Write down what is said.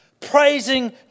praising